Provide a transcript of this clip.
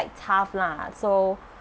tough lah so